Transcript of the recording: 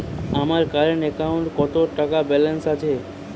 আমার কারেন্ট অ্যাকাউন্টে কত টাকা ব্যালেন্স আছে?